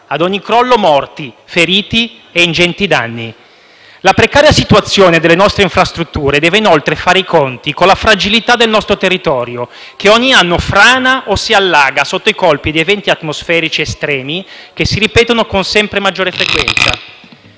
Ad ogni crollo, morti, feriti e ingenti danni. La precaria situazione delle nostre infrastrutture deve inoltre fare i conti con la fragilità del nostro territorio, che ogni anno frana o si allaga sotto i colpi di eventi atmosferici estremi che si ripetono con sempre maggiore frequenza.